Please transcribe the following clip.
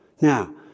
Now